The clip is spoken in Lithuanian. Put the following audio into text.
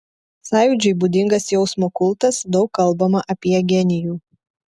sąjūdžiui būdingas jausmo kultas daug kalbama apie genijų